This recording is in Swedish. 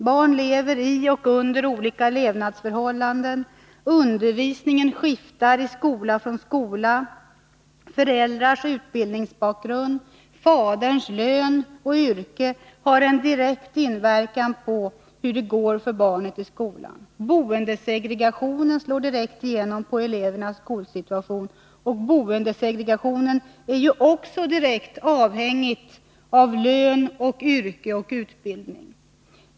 Barn lever i och under olika levnadsförhållanden. Undervisningen skiftar i skola från skola. Föräldrars utbildningsbakgrund, faderns lön och yrke har en direkt inverkan på hur det går för barnet i skolan. Boendesegregationen slår direkt igenom på elevernas skolsituation, och boendesegregationen är ju också direkt avhängig av lön, yrke och utbildning.